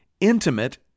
intimate